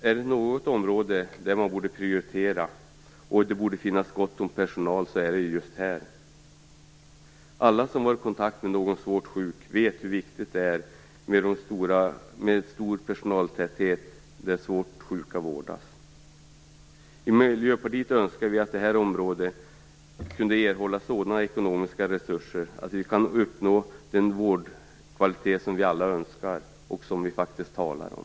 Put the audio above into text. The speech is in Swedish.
Är det något område som borde prioriteras och där det bör finnas gott om personal är det just det här. Alla som har varit svårt sjuka vet hur viktigt det är med en stor personaltäthet där svårt sjuka vårdas. I Miljöpartiet önskar vi att det här området kunde erhålla sådana ekonomiska resurser att vi kan uppnå den vårdkvalitet som vi alla vill ha och faktiskt talar om.